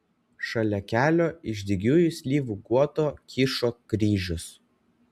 šalia kelio iš dygiųjų slyvų guoto kyšo kryžius